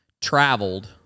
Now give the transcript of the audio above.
traveled